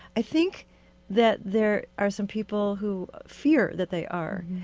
i think that there are some people who fear that they are.